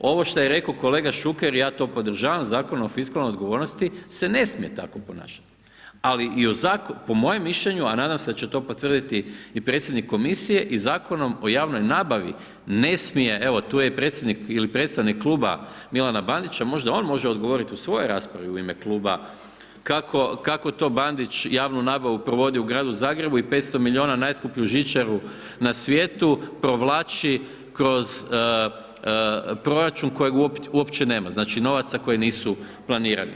Ovo što je reko kolega Šuker ja to podržavam Zakonom o fiskalnoj odgovornosti se ne smije tako ponašati, ali i o, po mojem mišljenju, a nadam se da će to potvrditi i predsjednik komisije i Zakonom o javnoj nabavi ne smije, evo tu je i predsjednik ili predstavnik Kluba Milana Bandića možda on može odgovoriti u svojoj raspravi u ime kluba, kako to Bandić javnu nabavu provodi u Gradu Zagrebu i 500 miliona najskuplju žičaru na svijetu provlači kroz proračun kojeg uopće nema, znači novaca koji nisu planirani.